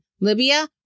Libya